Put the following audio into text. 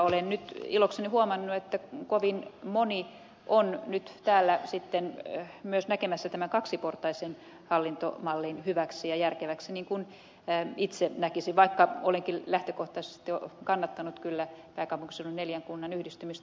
olen nyt ilokseni huomannut että kovin moni on nyt täällä sitten myös näkemässä tämän kaksiportaisen hallintomallin hyväksi ja järkeväksi niin kuin itse näkisin vaikka olenkin lähtökohtaisesti kannattanut kyllä pääkaupunkiseudun neljän kunnan yhdistymistä